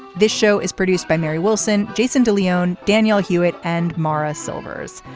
this show is produced by mary wilson jason de leon. daniel hewett and maurice silvers.